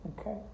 okay